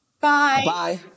Bye